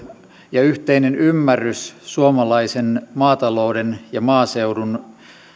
ja yhteinen ymmärrys suomalaisen maatalouden ja maaseudun